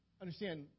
understand